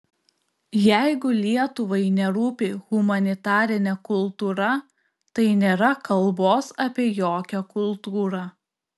jeigu lietuvai nerūpi humanitarinė kultūra tai nėra kalbos apie jokią kultūrą